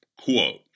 quote